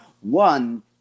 One